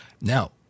Now